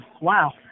Wow